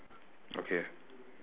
okay